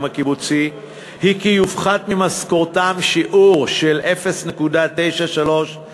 הקיבוצי היא כי יופחת ממשכורתם שיעור של 0.9324%,